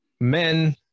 men